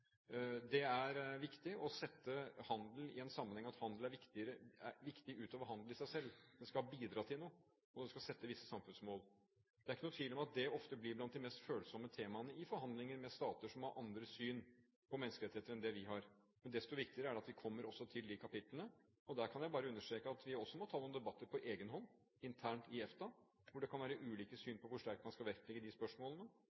Det er viktig å sette handel i en sammenheng med at handel er viktig utover handel i seg selv. Den skal bidra til noe, og den skal sette visse samfunnsmål. Det er ikke noen tvil om at det ofte blir blant de mest følsomme temaene i forhandlinger med stater som har andre syn på menneskerettigheter enn det vi har. Men desto viktigere er det at vi kommer også til de kapitlene. Der kan jeg bare understreke at vi også må ta noen debatter på egen hånd, internt i EFTA, hvor det kan være ulike